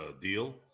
deal